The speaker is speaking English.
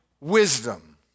wisdom